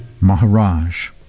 Maharaj